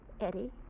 Eddie